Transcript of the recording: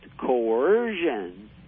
coercion